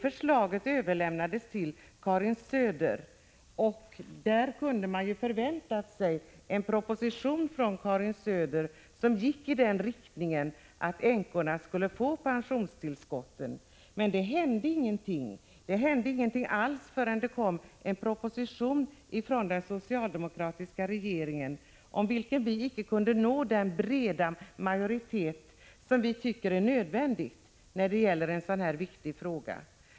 Förslaget överlämnades till Karin Söder, och man kunde ju ha förväntat sig en proposition från Karin Söder i den riktningen att änkorna skulle få pensionstillskott, men det hände ingenting. Det hände ingenting alls förrän det kom en proposition från den socialdemokratiska regeringen, men för den lyckades vi inte nå den breda majoritet som vi tycker är nödvändig när det gäller en så här viktig fråga.